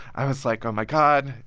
i was like, oh, my god.